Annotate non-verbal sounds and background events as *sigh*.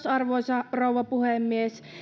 *unintelligible* arvoisa rouva puhemies